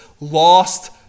lost